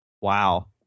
Wow